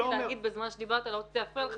רציתי להגיד בזמן שדיברת לא רציתי להפריע לך